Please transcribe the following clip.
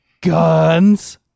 Guns